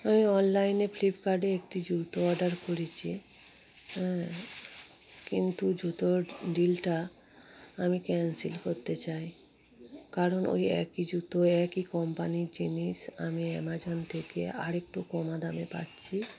আমি অনলাইনে ফ্লিপকার্টে একটি জুতো অর্ডার করেছি হ্যাঁ কিন্তু জুতোর ডিলটা আমি ক্যান্সেল করতে চাই কারণ ওই একই জুতো একই কোম্পানির জিনিস আমি অ্যামাজন থেকে আরেকটু কম দামে পাচ্ছি